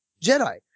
Jedi